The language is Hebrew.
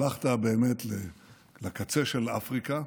הלכת באמת לקצה של אפריקה,